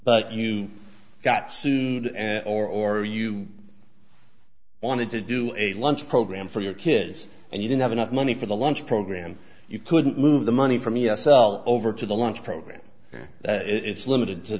but you got sued or are you wanted to do a lunch program for your kids and you didn't have enough money for the lunch program you couldn't move the money from e s l over to the lunch program it's limited to